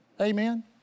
Amen